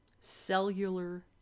cellular